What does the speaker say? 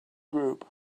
group